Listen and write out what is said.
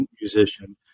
musician